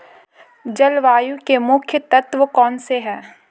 जलवायु के मुख्य तत्व कौनसे हैं?